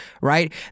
Right